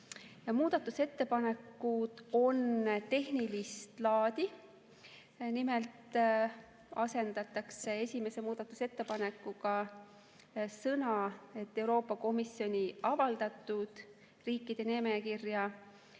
Muudatusettepanekud on tehnilist laadi. Nimelt asendatakse esimese muudatusettepanekuga üks sõna: "Euroopa Komisjoni avaldatud riikide nimekirja"